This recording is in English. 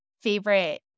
favorite